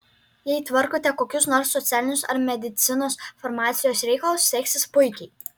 jei tvarkote kokius nors socialinius ar medicinos farmacijos reikalus seksis puikiai